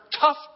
tough